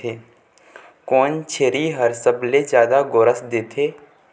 कोन छेरी हर सबले जादा गोरस देथे?